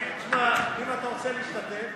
תשמע, אם אתה רוצה להשתתף,